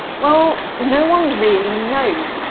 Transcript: well, no one really knows.